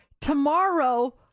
tomorrow